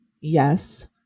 yes